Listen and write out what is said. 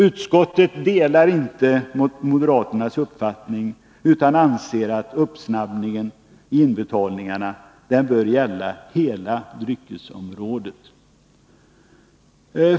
Utskottet delar inte moderaternas uppfattning utan anser att uppsnabbningen av inbetalningarna bör gälla hela dryckesområdet.